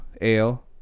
Ale